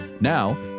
Now